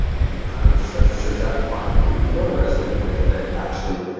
and you kind of start to search out and find, who who do i resonate with that actually